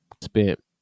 Spent